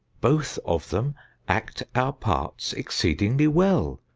both of them act our parts exceedingly well.